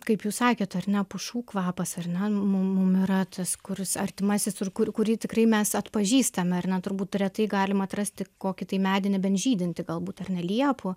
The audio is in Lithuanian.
kaip jūs sakėt ar ne pušų kvapas ar ne mu mum yra tas kuris artimasis ir kur kurį tikrai mes atpažįstame ar ne turbūt retai galim atrasti kokį tai medį nebent žydintį galbūt ar ne liepų